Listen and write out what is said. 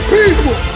people